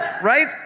Right